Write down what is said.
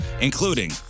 including